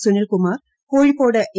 Sunilkumar Kozhikode A